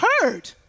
heard